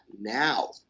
now